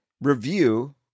review